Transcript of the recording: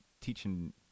teaching